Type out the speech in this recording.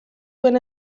when